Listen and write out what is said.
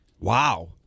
Wow